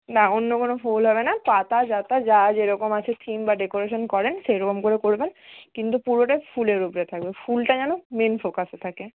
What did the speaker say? না অন্য কোনো ফুল হবে না পাতা যাতা যা যেরকম আছে থিম বা ডেকোরেশান করেন সেইরকম করে করবেন কিন্তু পুরোটাই ফুলের উপরে থাকবে ফুলটা যেন মেন ফোকাসে থাকে